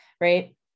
right